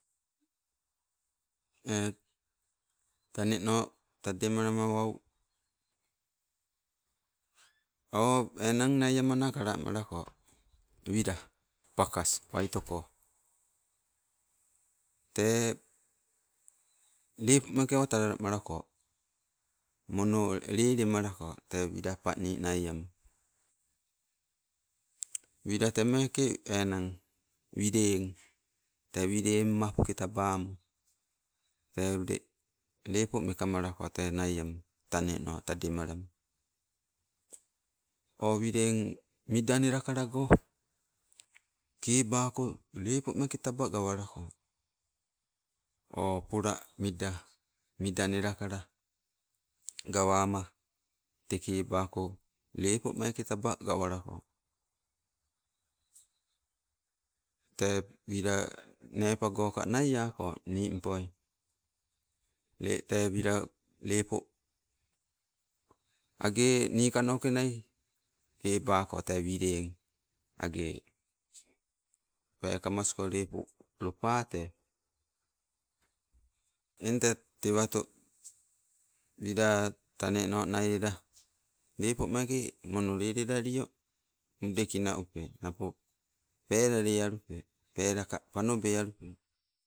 taneno tademalama wau o enang nai amana kalamalako wila pakas waitoko. Tee lepo meeke awa talalamalako, mono lelemalako te wila pani nai ama. Wila temeke enang, wileng te wileng mapke tabamo. Tee ule lepo meka molako te nai ama, taneno, tademalama. O wileng wila nelakalago kabako lepo meke taba gawalako, o pola mida, mida melakala gawama te kebako, lepo meeke taba gawalako. Tee wila mepagoka nai ako, nimpoi le te wila lepo agenikanoke nai kebako tee wileng, agee pekamasko lepo, lopa tee. Eng tee tewato, wila taneno nai ela, lepo meke mono lelelalio mudekina upe napo palale alupe pelaka panobe alupe.